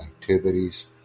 activities